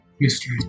mystery